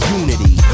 unity